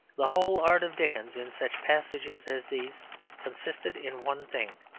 the whole art of dickens in such passages as these consisted in one thing.